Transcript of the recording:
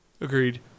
Agreed